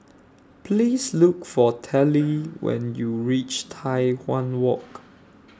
Please Look For Telly when YOU REACH Tai Hwan Walk